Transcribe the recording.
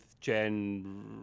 Gen